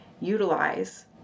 utilize